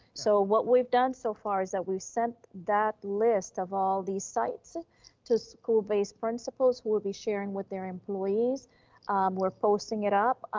so what we've done so far is that we've sent that list of all these sites to school-based principals who will be sharing with their employees we're posting it up.